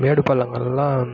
மேடு பள்ளங்கள்லாம்